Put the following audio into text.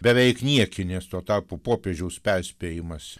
beveik niekinės tuo tarpu popiežiaus perspėjimas